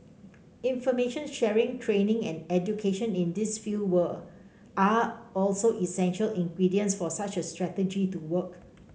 information sharing training and education in this field are also essential ingredients for such a strategy to work